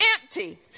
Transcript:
empty